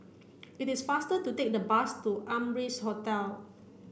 it is faster to take the bus to Amrise Hotel